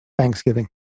Thanksgiving